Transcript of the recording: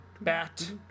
Bat